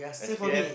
S_P_F